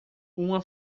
uma